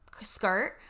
skirt